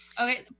Okay